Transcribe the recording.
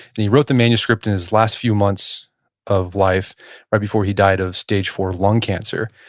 and he wrote the manuscript in his last few months of life right before he died of stage four lung cancer.